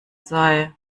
sei